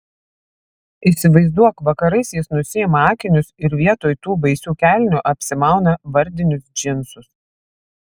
įsivaizduok vakarais jis nusiima akinius ir vietoj tų baisių kelnių apsimauna vardinius džinsus